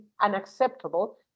unacceptable